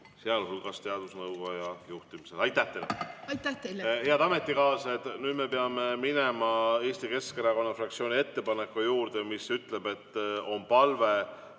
sealhulgas teadusnõukoja juhtimisel! Aitäh teile! Aitäh teile! Head ametikaaslased! Nüüd me peame minema Eesti Keskerakonna fraktsiooni ettepaneku juurde, mis ütleb, et on palve